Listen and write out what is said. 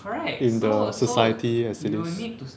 in the society as it is